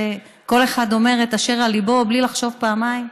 שכל אחד אומר את אשר על ליבו בלי לחשוב פעמיים?